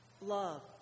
love